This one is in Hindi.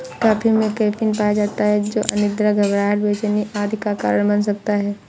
कॉफी में कैफीन पाया जाता है जो अनिद्रा, घबराहट, बेचैनी आदि का कारण बन सकता है